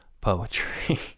poetry